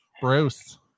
Bruce